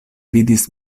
vidis